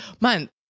man